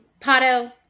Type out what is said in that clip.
Pato